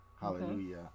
Hallelujah